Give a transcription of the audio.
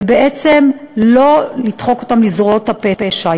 ובעצם לא לדחוק אותם לזרועות הפשע.